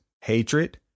hatred